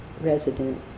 resident